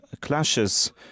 clashes